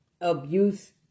abuse